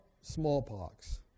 smallpox